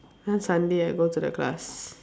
then sunday I go to the class